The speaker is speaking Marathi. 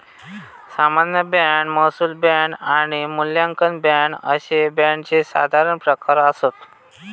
सामान्य बाँड, महसूल बाँड आणि मूल्यांकन बाँड अशे बाँडचे साधारण प्रकार आसत